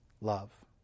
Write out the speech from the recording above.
love